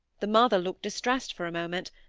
the mother looked distressed for a moment,